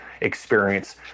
experience